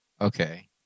Okay